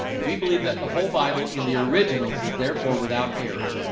we believe that the whole bible in the originals is therefore without error